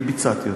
אני ביצעתי אותה.